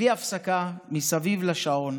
בלי הפסקה, מסביב לשעון.